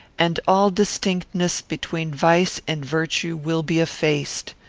and all distinctness between vice and virtue, will be effaced.